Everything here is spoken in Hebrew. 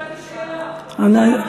השעה שתים-עשרה בלילה,